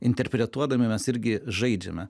interpretuodami mes irgi žaidžiame